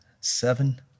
seven